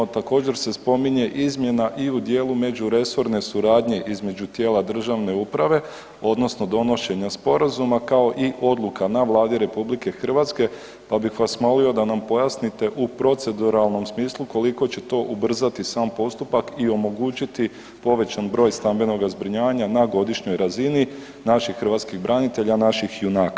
Također se spominje izmjena i u dijelu međuresorne suradnje između tijela državne uprave odnosno donošenja sporazuma, kao i odluka na Vladi RH, pa bih vas molio da nam pojasnite u proceduralnom smislu koliko će to ubrzati sam postupak i omogućiti povećan broj stambenoga zbrinjavanja na godišnjoj razini naših hrvatskih branitelja, naših junaka?